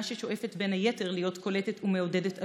ששואפת בין היתר להיות קולטת ומעודדת עלייה,